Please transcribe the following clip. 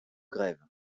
grève